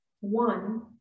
one